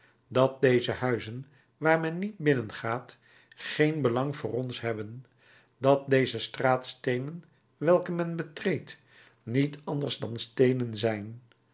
dat deze huizen waar men niet binnengaat geen belang voor ons hebben dat deze straatsteenen welke men betreedt niet anders dan steenen zijn